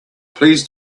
please